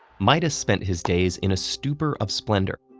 midas spent his days in a stupor of splendor,